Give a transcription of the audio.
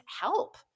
help